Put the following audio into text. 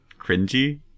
cringy